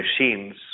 machines